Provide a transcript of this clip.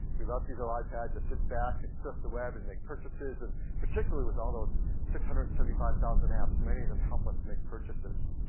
we love to use our ipad to sit back and surf the web and make purchases and particularly with all those six hundred and seventy five thousand apps, many of them help us make purchases.